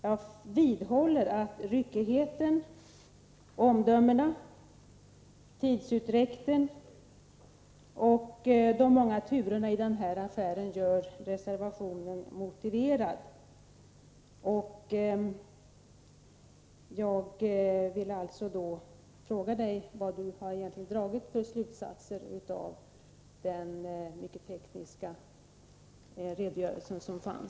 Jag vidhåller att ryckigheten, omdömena, tidsutdräkten och de många turerna i affären gör reservationen motiverad, och jag vill då ställa frågan: Vilka slutsatser har Kerstin Nilsson dragit av den mycket tekniska redogörelsen?